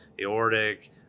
aortic